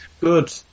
Good